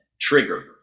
trigger